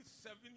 seven